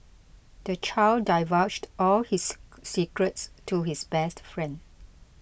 the child divulged all his secrets to his best friend